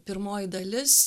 pirmoji dalis